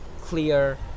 clear